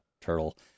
turtle